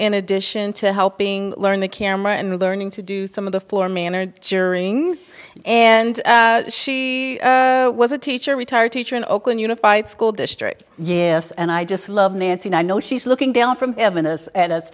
in addition to helping learn the camera and learning to do some of the floor manager cheering and she was a teacher retired teacher in oakland unified school district yes and i just love nancy i know she's looking down from heaven this and us